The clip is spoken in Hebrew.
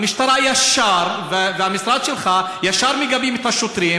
המשטרה והמשרד שלך ישר מגבים את השוטרים